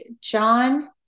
John